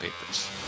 papers